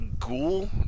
ghoul